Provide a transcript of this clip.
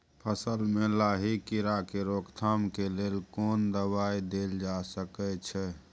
फसल में लाही कीरा के रोकथाम के लेल कोन दवाई देल जा सके छै?